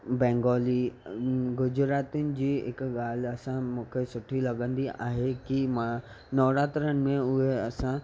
बैंगोली गुजरातिनि जी हिकु ॻाल्हि असां मूंखे सुठी लॻंदी आहे की मां नवरात्रनि में उहे असां